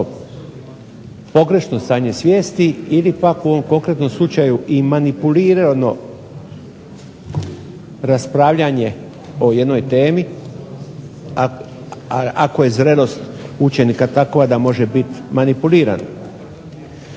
pogrešno stanje svijesti, ili pak u ovom konkretnom slučaju i manipulirano raspravljanje o jednoj temi. Ako je zrelost učenika takva da može biti manipulirana.